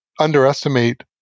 underestimate